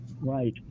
right